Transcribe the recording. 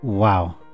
wow